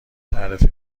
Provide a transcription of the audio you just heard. تعرفه